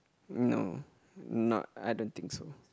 no not I don't think so